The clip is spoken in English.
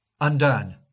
undone